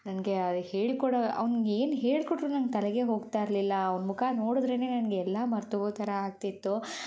ನನಗೆ ಹೇಳ್ಕೊಡೋ ಅವ್ನ್ಗೆ ಏನು ಹೇಳ್ಕೊಟ್ರೂ ನಂಗೆ ತಲೆಗೇ ಹೋಗ್ತಾಯಿರ್ಲಿಲ್ಲ ಅವನ ಮುಖ ನೋಡಿದ್ರೇ ನನಗೆ ಎಲ್ಲ ಮರ್ತೋಗೋ ಥರ ಆಗ್ತಿತ್ತು